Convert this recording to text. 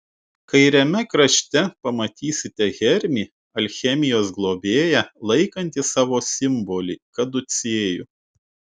kairiame krašte pamatysite hermį alchemijos globėją laikantį savo simbolį kaducėjų